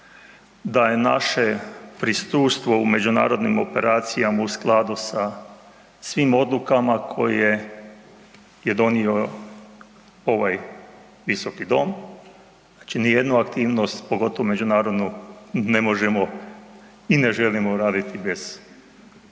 da je naše prisustvo u međunarodnim operacijama u skladu sa svim odlukama koje je donio ovaj Visoki dom, znači nijednu aktivnost pogotovo međunarodnu, ne možemo i ne želimo raditi bez formalne